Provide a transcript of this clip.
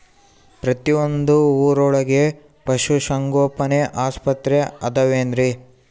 ಪ್ರತಿಯೊಂದು ಊರೊಳಗೆ ಪಶುಸಂಗೋಪನೆ ಆಸ್ಪತ್ರೆ ಅದವೇನ್ರಿ?